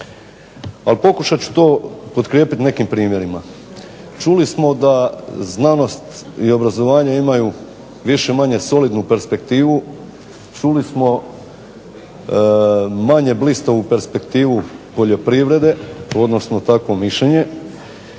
Ali, pokušat ću to potkrijepiti nekim primjerima. Čuli smo da znanost i obrazovanje imaju više-manje solidnu perspektivu, čuli smo manje blistavu perspektivu poljoprivrede, odnosno takvo mišljenje,